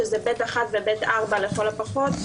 שזה ב' 1 ו-ב'4 לכל הפחות.